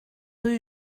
rue